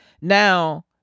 Now